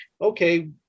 okay